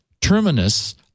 terminus